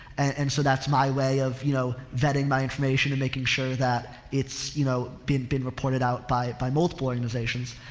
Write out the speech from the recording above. and so that's my way of, you know, vetting my information and making sure that it's, you know, been, been reported out by, by multiple organizations.